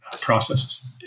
processes